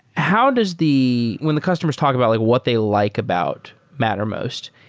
how does the when the customers talk about like what they like about mattermost,